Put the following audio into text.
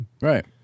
Right